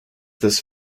this